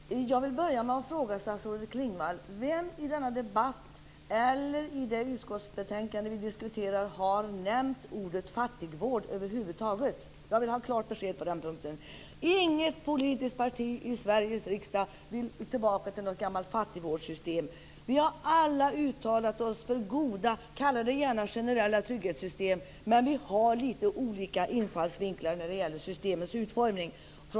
Herr talman! Jag vill börja med att fråga statsrådet Klingvall vem som i denna debatt eller i det utskottsbetänkande som vi diskuterar över huvud taget har nämnt ordet "fattigvård". Jag vill ha ett klart besked på den punkten. Inget politiskt parti i Sveriges riksdag vill tillbaka till något gammalt fattigvårdssystem. Vi har alla uttalat oss för goda, kalla dem gärna generella, trygghetssystem, men vi har litet olika infallsvinklar när det gäller systemets utformning.